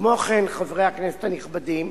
כמו כן, חברי הכנסת הנכבדים,